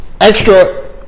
Extra